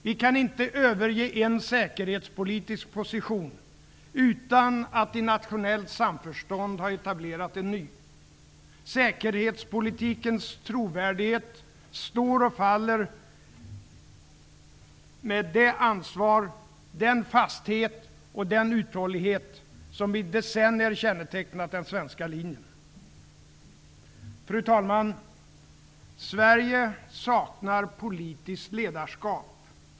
Vi kan inte överge en säkerhetspolitisk position utan att i nationellt samförstånd ha etablerat en ny. Säkerhetspolitikens trovärdighet står och faller med det ansvar, den fasthet och den uthållighet som i decennier kännetecknat den svenska linjen. Fru talman! Sverige saknar politiskt ledarskap.